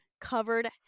covered